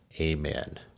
Amen